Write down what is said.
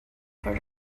for